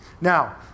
Now